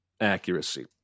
accuracy